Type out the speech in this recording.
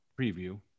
preview